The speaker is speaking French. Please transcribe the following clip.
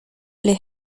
les